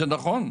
זה נכון?